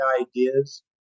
ideas